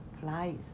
flies